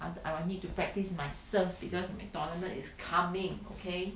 I I will need to practice my surf because my tournament is coming okay